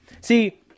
See